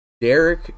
Derek